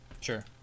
Sure